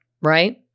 Right